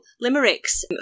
limericks